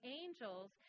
angels